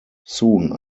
soon